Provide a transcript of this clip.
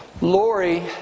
Lori